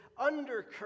undercurrent